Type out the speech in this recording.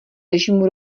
režimu